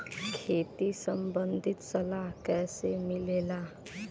खेती संबंधित सलाह कैसे मिलेला?